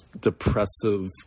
depressive